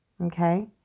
Okay